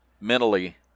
mentally